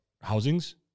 housings